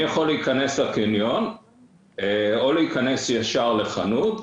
אני יכול להיכנס לקניון או להיכנס ישר לחנות,